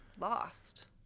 lost